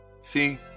see